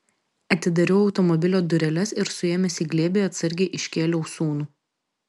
atidariau automobilio dureles ir suėmęs į glėbį atsargiai iškėliau sūnų